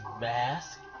mask